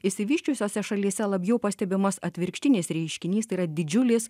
išsivysčiusiose šalyse labiau pastebimas atvirkštinis reiškinys tai yra didžiulis